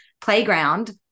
playground